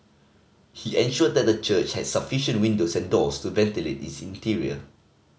he ensured that the church had sufficient windows and doors to ventilate its interior